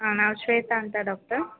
ಹಾಂ ನಾವು ಶ್ವೇತಾ ಅಂತ ಡಾಕ್ಟರ್